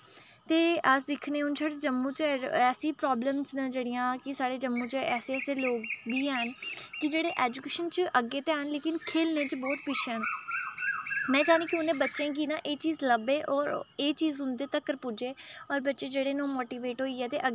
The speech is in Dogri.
ते अस दिक्खने की जेह्ड़े जम्मू च ऐसी प्रॉब्लम्स न जेह्ड़ियां साढ़े जम्मू च ऐसे ऐसे लोग बी हैन की जेह्ड़े एजुकेशन च अग्गें ते हैन लेकिन खेलने च बहोत पिच्छें न में चाह्न्नीं की उ'नें बच्चे गी ना एह् चीज़ लब्भे होर एह् चीज़ उं'दे तक्कर पुज्जे होर बच्चे जेह्ड़े न ओह् मोटिवेट होइयै ते अग्गें